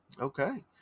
Okay